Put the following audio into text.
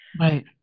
Right